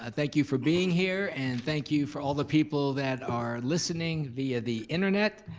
ah thank you for being here, and thank you for all the people that are listening via the internet,